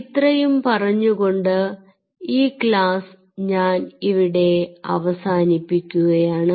ഇത്രയും പറഞ്ഞു കൊണ്ട് ഈ ക്ലാസ് ഞാൻ ഇവിടെ അവസാനിപ്പിക്കുകയാണ്